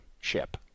ship